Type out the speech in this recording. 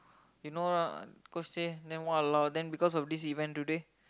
you know or not coach say then !walao! then because of this event today